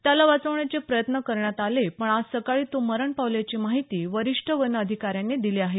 त्याला वाचवण्याचे प्रयत्न करण्यात आले पण आज सकाळी तो मरण पावल्याची माहिती वरिष्ठ वन अधिकाऱ्यांनी दिली आहे